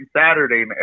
Saturday